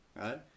right